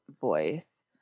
voice